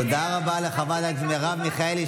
תודה רבה לחברת הכנסת מרב מיכאלי,